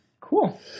Cool